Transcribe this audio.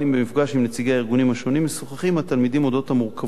במפגש עם נציגי הארגונים השונים משוחחים עם התלמידים על המורכבות